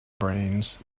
brains